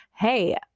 Hey